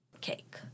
cake